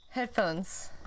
headphones